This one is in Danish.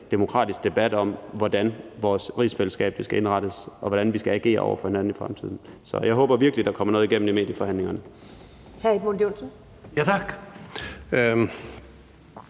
demokratisk debat om, hvordan vores rigsfællesskab skal indrettes, og hvordan vi skal agere over for hinanden i fremtiden. Så jeg håber virkelig, der kommer noget igennem i medieforhandlingerne.